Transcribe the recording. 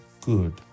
good